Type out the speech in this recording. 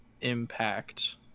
impact